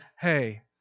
hey